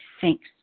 Thanks